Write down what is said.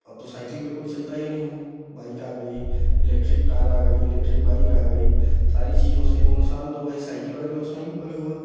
अब तो साइकल पे कोइ चलता ही नहीं है बाइक आ गई इलेक्ट्रिक कार आ गई इलेक्ट्रिक बाइक आ गई सारी चीज़ों से नुकसान तो वही साइकल वाले व्यवसायियों का भी हुआ